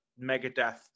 Megadeth